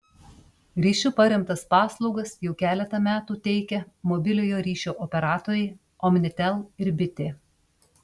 ryšiu paremtas paslaugas jau keletą metų teikia mobiliojo ryšio operatoriai omnitel ir bitė